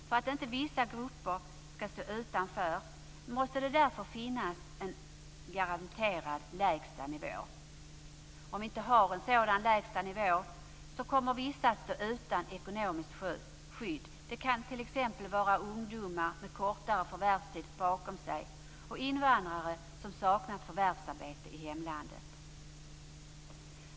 För att inte vissa grupper skall stå utanför måste det därför finnas en garanterad lägsta nivå. Om vi inte har en sådan lägsta nivå kommer vissa att stå utan ekonomiskt skydd. Det kan t.ex. vara ungdomar med kortare förvärvstid bakom sig och invandrare som saknat förvärvsarbete i hemlandet.